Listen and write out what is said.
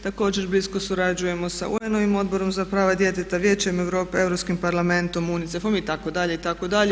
Također bismo surađujemo sa UN ovim odborom za prava djeteta, vijećem Europe, Europskim parlamentom, UNICEF-om itd., itd.